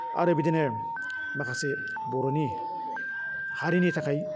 आरो बिदिनो माखासे बर'नि हारिनि थाखाय